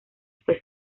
fue